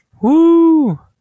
Woo